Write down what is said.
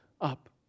up